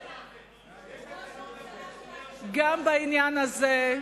יש לו שם, לא ביבי.